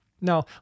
Now